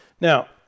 Now